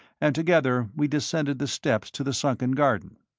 and together we descended the steps to the sunken garden.